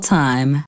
time